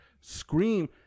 scream